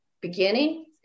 beginning